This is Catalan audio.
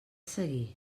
seguir